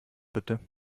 bitte